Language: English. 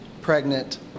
pregnant